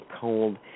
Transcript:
cold